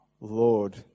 Lord